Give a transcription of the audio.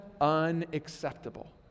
unacceptable